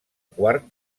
quart